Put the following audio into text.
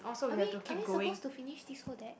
are we are we suppose to finish this whole deck